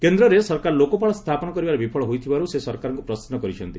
କେନ୍ଦ୍ରରେ ସରକାର ଲୋକପାଳ ସ୍ଥାପନ କରିବାରେ ବିଫଳ ହୋଇଥିବାରୁ ସେ ସରକାରଙ୍କୁ ପ୍ରଶ୍ନ କରିଛନ୍ତି